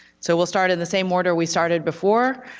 so we'll start in the same order we started before.